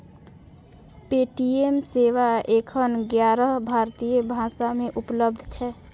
Paytm सेवा एखन ग्यारह भारतीय भाषा मे उपलब्ध छै